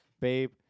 babe